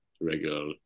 regular